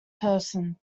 person